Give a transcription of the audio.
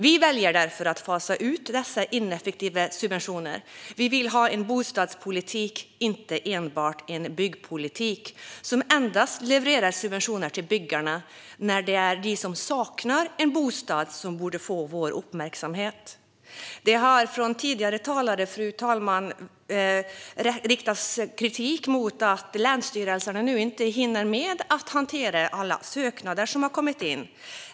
Vi väljer därför att fasa ut dessa ineffektiva subventioner. Vi vill ha en bostadspolitik, inte enbart en byggpolitik som endast levererar subventioner till byggarna när det är de som saknar en bostad som borde få vår uppmärksamhet. Fru talman! Det har från tidigare talare riktats kritik mot att länsstyrelserna nu inte hinner med att hantera alla ansökningar som har kommit in.